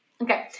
Okay